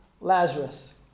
Lazarus